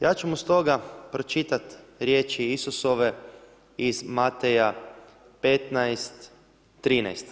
Ja ću mu, stoga, pročitati riječi Isusove iz Mateja 15.13.